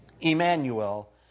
Emmanuel